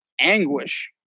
anguish